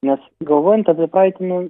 nes galvojant apie praeitį nu